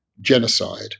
genocide